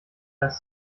des